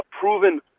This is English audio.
proven